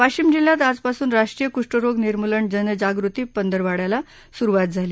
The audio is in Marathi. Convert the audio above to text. वाशिम जिल्ह्यात आजपासून राष्ट्रीय कुष्ठरोग निर्मूलन जनजागृती पंधरवाड्याला सुरुवात झाली